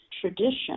tradition